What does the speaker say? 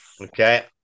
Okay